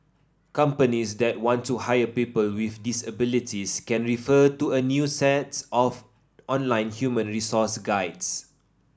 companies that want to hire people with disabilities can refer to a new sets of online human resource guides